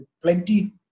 plenty